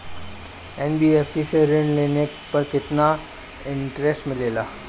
NBFC से ऋण लेने पर केतना इंटरेस्ट मिलेला?